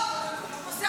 תחליט, מה אכפת לנו.